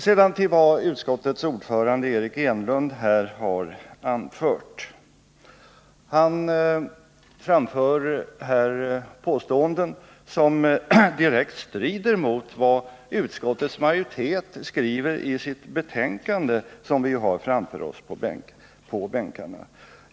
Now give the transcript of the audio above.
Sedan till vad utskottets ordförande, Eric Enlund, här har anfört. Han framför här påståenden som direkt strider mot vad utskottets majoritet skriver i sitt betänkande, som vi har framför oss på bänkarna.